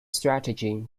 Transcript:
strategy